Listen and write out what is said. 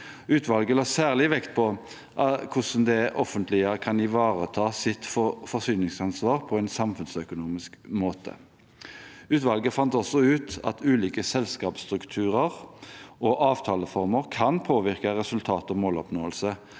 Utvalget la særlig vekt på hvordan det offentlige kan ivareta sitt forsyningsansvar på en samfunnsøkonomisk måte. Utvalget fant også ut at ulike selskapsstrukturer og avtaleformer kan påvirke resultat og måloppnåelse.